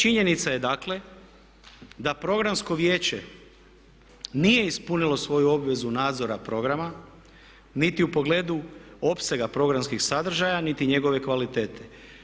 Činjenica je dakle da Programsko vijeće nije ispunilo svoju obvezu nadzora programa, niti u pogledu opsega programskih sadržaja niti njegove kvalitete.